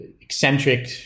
eccentric